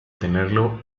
tenerlo